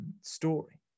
story